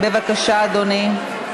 בבקשה, אדוני.